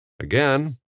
Again